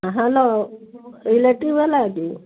hello electric ବାଲା କି